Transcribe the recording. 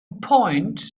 point